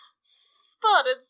spotted